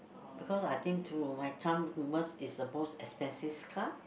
because I think through my time Merz is the most expensive car